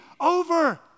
over